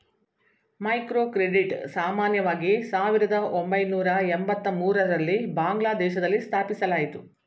microcredit ಸಾಮಾನ್ಯವಾಗಿ ಸಾವಿರದ ಒಂಬೈನೂರ ಎಂಬತ್ತಮೂರು ರಲ್ಲಿ ಬಾಂಗ್ಲಾದೇಶದಲ್ಲಿ ಸ್ಥಾಪಿಸಲಾಯಿತು